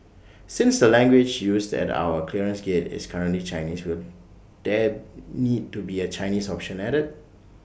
since the language used at our clearance gates is currently Chinese will there need to be A Chinese option added